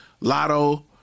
lotto